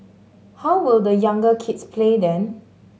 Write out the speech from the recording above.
how will the younger kids play then